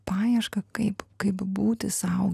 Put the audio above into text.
paieška kaip kaip būti sau